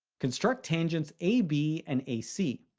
construct tangents ab and ac.